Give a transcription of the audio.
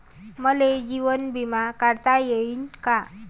मले जीवन बिमा काढता येईन का?